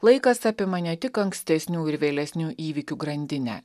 laikas apima ne tik ankstesnių ir vėlesnių įvykių grandinę